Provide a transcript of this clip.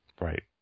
Right